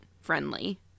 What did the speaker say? friendly